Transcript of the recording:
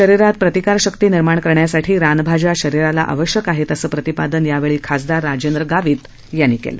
शरीरात प्रतिकार शक्ती निर्माण करण्यासाठी रानभाज्या शरिराला आवश्यक आहेत असं प्रतिपादन यावेळी खासदार राजेंद्र गावित यांनी केलं